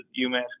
UMass